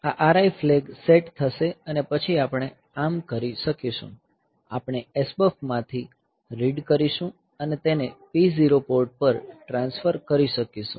આ RI flag set થશે અને પછી આપણે આમ કરી શકીશું આપણે SBUF માંથી રીડ કરીશું અને તેને P0 પોર્ટ પર ટ્રાન્સફર કરી શકીશું